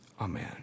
Amen